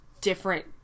different